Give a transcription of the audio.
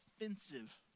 offensive